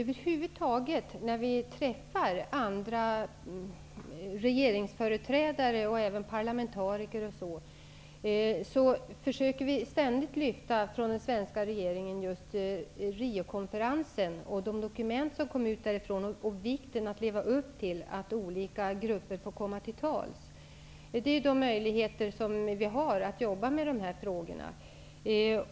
Herr talman! När vi träffar andra regeringsföreträdare och även parlamentariker försöker vi från den svenska regeringens sida lyfta fram Riokonferensen och de dokument som kom ut av den och framhålla vikten av att leva upp till att olika grupper skall få komma till tals. Det är de möjligheter vi har att jobba med de här frågorna.